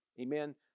amen